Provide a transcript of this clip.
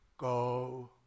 Go